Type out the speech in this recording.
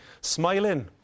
Smiling